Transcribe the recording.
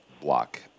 block